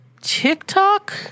TikTok